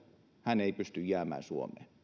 hän ei pysty jäämään suomeen